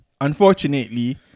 unfortunately